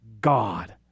God